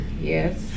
Yes